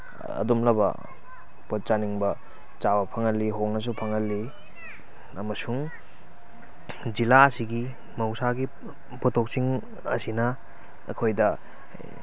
ꯑꯗꯨꯝꯂꯕ ꯄꯣꯠ ꯆꯥꯅꯤꯡꯕ ꯆꯥꯕ ꯐꯪꯍꯜꯂꯤ ꯍꯣꯡꯅꯁꯨ ꯐꯪꯍꯜꯂꯤ ꯑꯃꯁꯨꯡ ꯖꯤꯂꯥꯁꯤꯒꯤ ꯃꯍꯧꯁꯥꯒꯤ ꯄꯣꯊꯣꯛꯁꯤꯡ ꯑꯁꯤꯅ ꯑꯩꯈꯣꯏꯗ